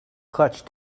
clutch